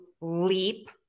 leap